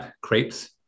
crepes